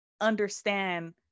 understand